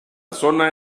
zona